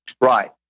Right